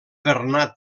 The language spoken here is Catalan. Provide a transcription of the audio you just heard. bernat